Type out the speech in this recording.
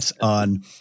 on